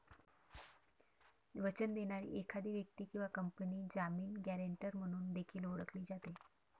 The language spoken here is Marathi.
वचन देणारी एखादी व्यक्ती किंवा कंपनी जामीन, गॅरेंटर म्हणून देखील ओळखली जाते